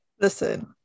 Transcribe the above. listen